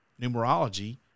numerology